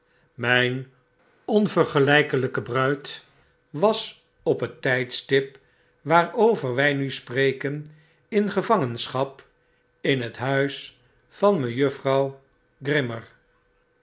myn onvergelykelyke bruid was op het tydstip waarover wy nu spreken in gevangenschap in het huis van mejuffrouw grimmer